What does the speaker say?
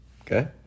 Okay